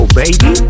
baby